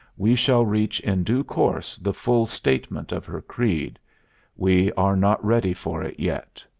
we shall reach in due course the full statement of her creed we are not ready for it yet.